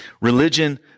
Religion